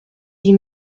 dix